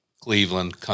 Cleveland